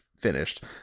finished